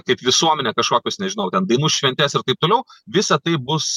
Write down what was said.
kaip visuomenė kažkokius nežinau ten dainų šventes ir taip toliau visa tai bus